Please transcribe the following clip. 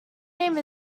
name